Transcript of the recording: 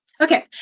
Okay